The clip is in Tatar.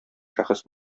шәхес